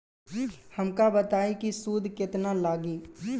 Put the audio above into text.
हमका बताई कि सूद केतना लागी?